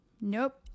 Nope